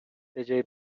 بجای